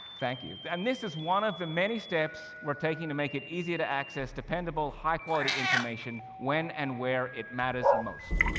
thank you. and this is one of the many steps we're taking to make it easier to access dependable, high quality information, when and where it matters most.